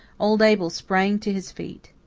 old abel sprang to his feet.